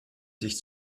sich